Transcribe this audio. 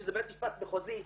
שזה בית משפט מחוזי,